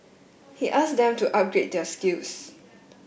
he asked them to upgrade their skills